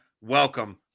Welcome